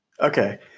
Okay